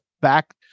back